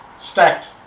stacked